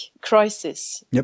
crisis